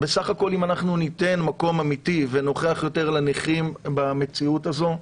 בסך הכול אם אנחנו ניתן מקום אמיתי ונוכיח יותר לנכים במציאות הזו,